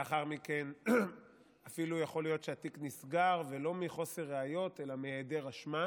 לאחר מכן אפילו יכול להיות שהתיק נסגר ולא מחוסר ראיות אלא מהיעדר אשמה,